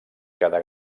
cada